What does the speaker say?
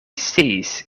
sciis